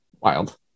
wild